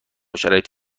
شرایط